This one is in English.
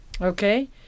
okay